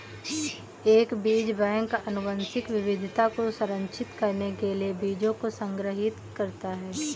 एक बीज बैंक आनुवंशिक विविधता को संरक्षित करने के लिए बीजों को संग्रहीत करता है